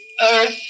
Earth